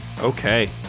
Okay